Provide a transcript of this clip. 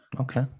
okay